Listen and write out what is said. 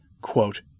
Quote